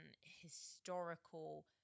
historical